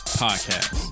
podcast